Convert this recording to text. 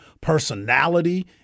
personality